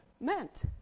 meant